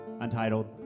untitled